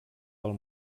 del